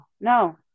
no